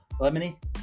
Lemony